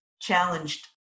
challenged